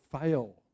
fail